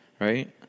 right